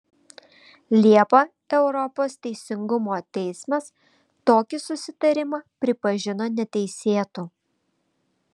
liepą europos teisingumo teismas tokį susitarimą pripažino neteisėtu